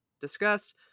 discussed